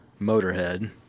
Motorhead